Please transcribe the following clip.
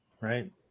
right